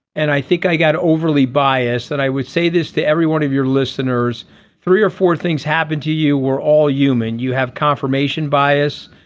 and i think i got overly biased that i would say this to every one of your listeners three or four things happened to you we're all human. you have confirmation bias.